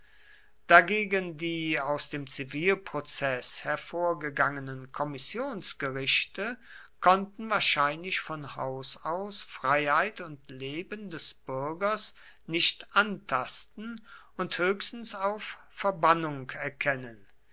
dagegen die aus dem zivilprozeß hervorgegangenen kommissionsgerichte konnten wahrscheinlich von haus aus freiheit und leben des bürgers nicht antasten und höchstens auf verbannung erkennen